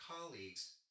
colleagues